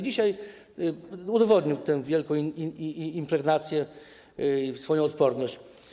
Dzisiaj udowodnił tę wielką impregnację i swoją odporność.